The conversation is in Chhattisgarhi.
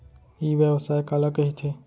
ई व्यवसाय काला कहिथे?